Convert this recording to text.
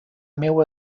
meua